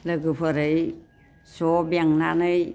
लोगोफोर ओइ ज' बेंनानै